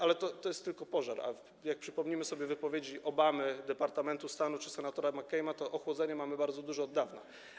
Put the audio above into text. Ale to jest tylko pożar, a jak przypomnimy sobie wypowiedzi Obamy, Departamentu Stanu czy senatora McCaina, to ochłodzenie mamy bardzo duże od dawna.